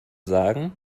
sagen